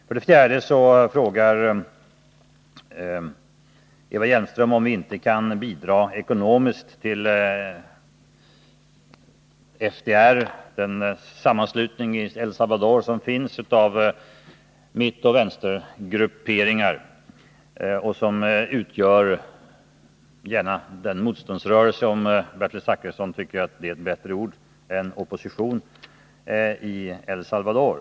För det fjärde frågade Eva Hjelmström om vi inte kan bidra ekonomiskt till FDR, en sammanslutning i El Salvador som består av mittoch vänstergrupperingar och som utgör den motståndsrörelse —, om Bertil Zachrisson tycker att det är ett bättre ord än opposition, som finns i El Salvador.